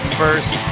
first